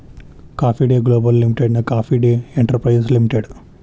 coffee Day Global ಲಿಮಿಟೆಡ್ನ Coffee Day Enterprises limited